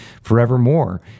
forevermore